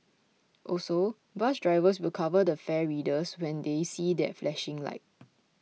also bus drivers will cover the fare readers when they see their flashing light